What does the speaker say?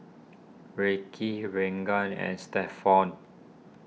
Ricki Reagan and Stephon